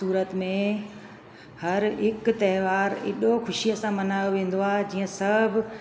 सूरत में हर हिकु त्योहारु एॾो ख़ुशीअ सां मल्हायो वेंदो आहे जीअं सभु